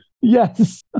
Yes